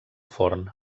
forn